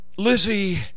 Lizzie